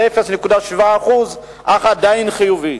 0.7% אך עדיין חיובית.